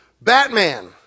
Batman